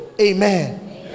Amen